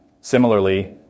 Similarly